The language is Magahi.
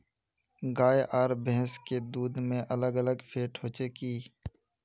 गाय आर भैंस के दूध में अलग अलग फेट होचे की?